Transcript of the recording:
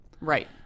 Right